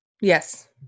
Yes